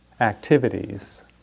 activities